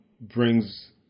brings